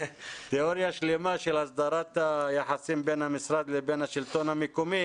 תיאוריה שלמה של הסדרת היחסים בין המשרד לבין השלטון המקומי.